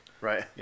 Right